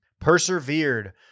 persevered